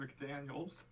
McDaniels